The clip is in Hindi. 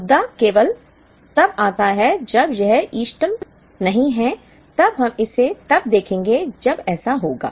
मुद्दा केवल तब आता है जब यह इष्टतम नहीं है तब हम इसे तब देखेंगे जब ऐसा होगा